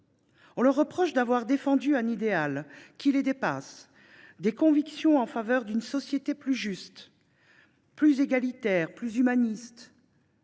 à ces hommes ? D’avoir défendu un idéal qui les dépasse, des convictions en faveur d’une société plus juste, plus égalitaire, plus humaniste